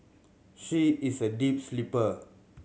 she is a deep sleeper